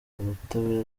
ubutabera